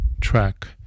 track